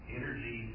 energy